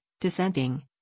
dissenting